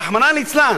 רחמנא ליצלן,